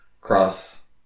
Cross